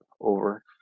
over